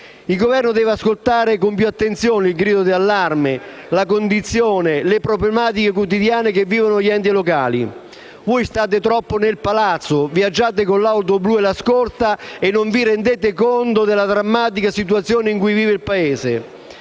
Il Governo deve ascoltare con più attenzione il grido di allarme sulla condizione e le problematiche quotidiane che vivono gli enti locali. Voi state troppo nel Palazzo, viaggiate con l'auto blu e la scorta e non vi rendete conto della drammatica situazione in cui vive il Paese.